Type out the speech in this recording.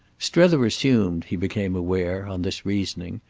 strether assumed, he became aware, on this reasoning,